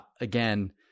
Again